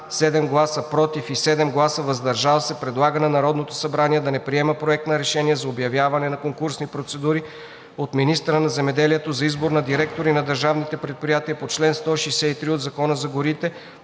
7 гласа „против“ и 7 гласа „въздържал се“ предлага на Народното събрание да не приеме Проект на решение за обявяване на конкурсни процедури от министъра на земеделието за избор на директори на държавните предприятия по чл. 163 от Закона за горите,